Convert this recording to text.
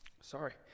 sorry